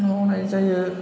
मावनाय जायो